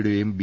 യുടെയും ബി